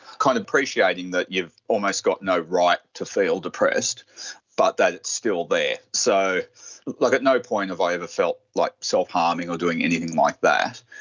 kind of appreciating that you've almost got no right to feel depressed but that it's still there. so like at no point have i ever felt like self-harming or doing anything like that,